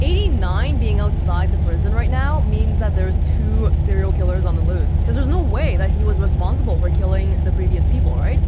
eighty nine being outside prison right now means that there's two serial killers on the loose cause there's no way that he was responsible for killing the previous people, right?